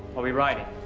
are we riding?